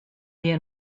wir